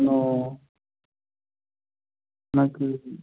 no నాకు